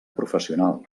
professional